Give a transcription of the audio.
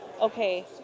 okay